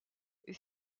est